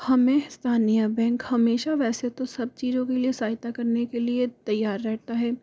हमें स्थानीय बैंक हमेशा वैसे तो सब चीज़ों के लिए सहायता करने के लिए तैयार रहता है